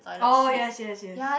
oh yes yes yes